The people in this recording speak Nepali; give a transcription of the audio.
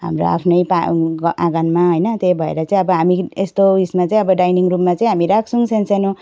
हाम्रो आफ्नै पा आँ आँगनमा होइन त्यही भएर चाहिँ अब हामी यस्तो उसमा चाहिँ अब डाइनिङ रुममा चाहिँ हामी राख्छौँ सानसानो